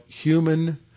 human